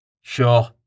Sure